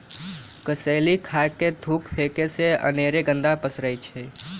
कसेलि खा कऽ थूक फेके से अनेरो गंदा पसरै छै